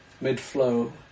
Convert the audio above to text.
mid-flow